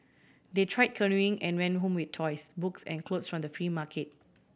they try canoeing and went home with toys books and clothes from the free market